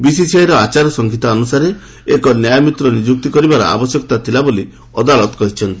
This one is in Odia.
ବିସିସିଆଇର ଆଚାର ସଂହିତା ଅନୁସାରେ ଏକ ନ୍ୟାୟମିତ୍ର ନିଯୁକ୍ତ କରିବାରେ ଆବଶ୍ୟକତା ଥିଲା ବୋଲି ଅଦାଲତ କହିଛନ୍ତି